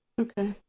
Okay